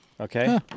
Okay